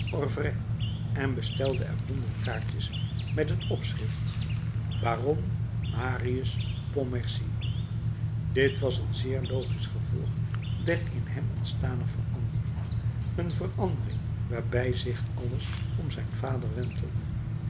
orfêvres en bestelde er honderd kaartjes met het opschrift baron marius pontmercy dit was een zeer logisch gevolg der in hem ontstane verandering een verandering waarbij zich alles om zijn vader wentelde